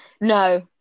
No